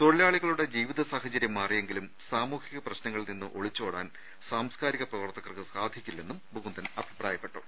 തൊഴിലാളിക്ളുടെ ജീവിത സാഹചരൃം മാറിയെങ്കിലും സാമൂഹിക പ്രശ്നങ്ങളിൽ നിന്ന് ഒളിച്ചോടാൻ സാംസ്കാരിക പ്രവർത്തകർക്ക് സാധിക്കില്ലെന്നും മുകുന്ദൻ അഭിപ്രായപ്പെട്ടു